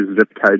zip-tied